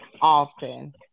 often